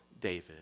David